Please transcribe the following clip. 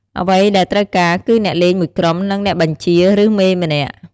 អ្វីដែលត្រូវការគឺអ្នកលេងមួយក្រុម និងអ្នកបញ្ជា ឬ មេម្នាក់។